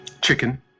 Chicken